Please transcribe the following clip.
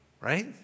right